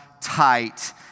tight